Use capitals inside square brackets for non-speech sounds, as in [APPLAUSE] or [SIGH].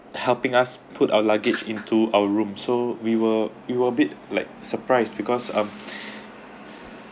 helping us put our luggage into our room so we were we were be like surprise because um [BREATH]